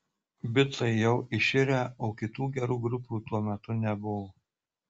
bitlai jau iširę o kitų gerų grupių tuo metu nebuvo